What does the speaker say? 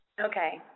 Okay